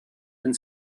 and